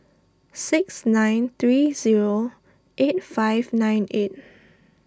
six nine three zero eight five nine eight